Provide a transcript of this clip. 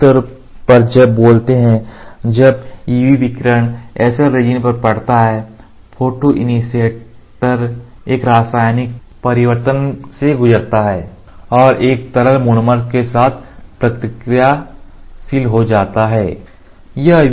मोटे तौर पर तब बोलते हैं जब UV विकिरण SL रेजिन पर पड़ता है फोटोइनिशीऐटर एक रासायनिक परिवर्तन से गुजरता है और एक तरल मोनोमर के साथ प्रतिक्रियाशील हो जाता है